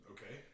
Okay